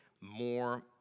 more